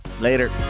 Later